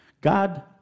God